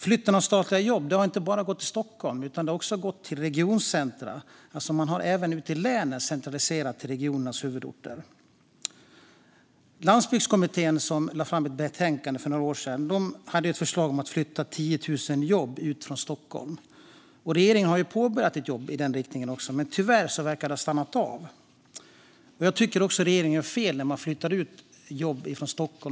Flytten av statliga jobb har inte bara gått till Stockholm utan också till regioncentrum. Man har alltså även ute i länen centraliserat till regionernas huvudorter. Landsbygdskommittén, som lade fram ett betänkande för några år sedan, hade ett förslag om att flytta 10 000 jobb ut från Stockholm. Regeringen påbörjade ett jobb i den riktningen, men tyvärr verkar det ha stannat av. Jag tycker att regeringen gör fel när man flyttar ut jobb från Stockholm.